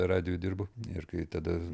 radijuj dirbu ir kai tada